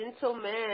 gentlemen